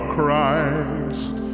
Christ